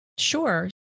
Sure